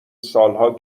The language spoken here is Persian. سالها